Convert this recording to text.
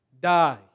Die